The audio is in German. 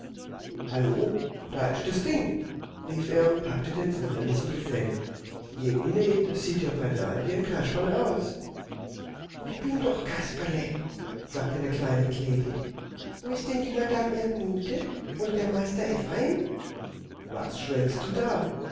hallo da ist das ding rief er und packte den wunderlichen gesellen jemine das sieht ja beinahe wie ein kasperle aus ich bin doch kasperle sagte der kleine kläglich wo ist denn die madame erdmute und der meister ephraim was schwätzt du da